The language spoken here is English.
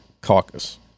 caucus